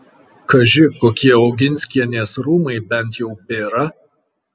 kaži kokie oginskienės rūmai bent jau bėra